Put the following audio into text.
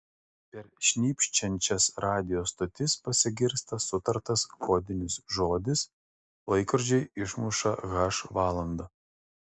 per šnypščiančias radijo stotis pasigirsta sutartas kodinis žodis laikrodžiai išmuša h valandą